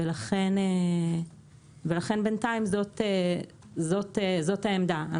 ולכן בינתיים זאת העמדה.